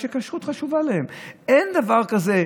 שהם לא קורים כל יום.